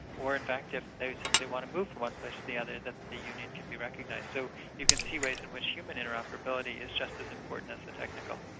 or in fact if they simply want to move from one place to the other, that the union can be recognised. so you can see ways in which human interoperability is just as important as the technical.